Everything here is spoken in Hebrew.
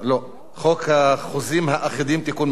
חוק החוזים האחידים (תיקון מס' 4),